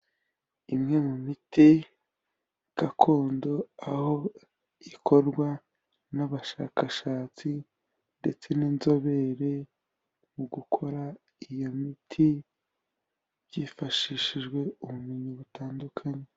Imwe mu miti gakondo, aho ikorwa n'abashakashatsi ndetse n'inzobere, mu gukora iyo miti, byifashishijwe ubumenyi butandukanye.